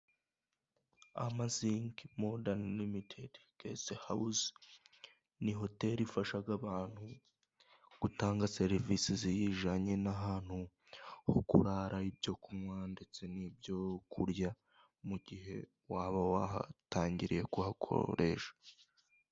Amazingi modani rimitedi gesite hawuzi ni hoteri ifasha abantu gutanga serivisi ziyjanye n'ahantu ho kurara, ibyo kunywa ndetse n'ibyo kurya mu gihe waba watangiriye kuhakoresha.